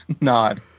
Nod